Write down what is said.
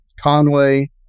Conway